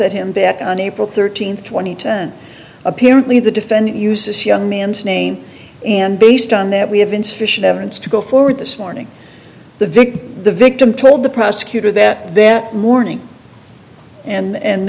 at him back on april thirteenth two thousand and ten apparently the defendant used this young man's name and based on that we have insufficient evidence to go forward this morning the victim the victim told the prosecutor that that morning and